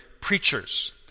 preachers